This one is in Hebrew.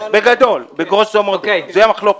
בגדול, בגרוסו מודו, זו המחלוקת?